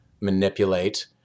manipulate